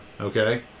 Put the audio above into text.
Okay